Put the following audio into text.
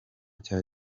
cya